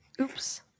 oops